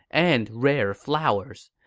and rare flowers.